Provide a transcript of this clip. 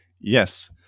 Yes